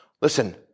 Listen